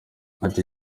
ati